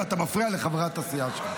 חבר הכנסת קרויזר, אתה מפריע לחברת הסיעה שלך.